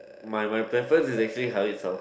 my my preference is actually Harried's house